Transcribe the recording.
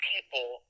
people